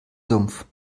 sumpf